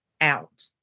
out